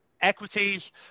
equities